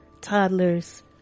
toddlers